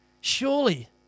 Surely